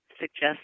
suggest